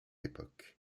époque